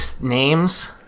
names